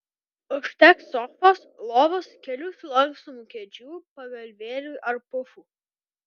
užteks sofos lovos kelių sulankstomų kėdžių pagalvėlių ar pufų